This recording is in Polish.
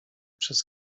przez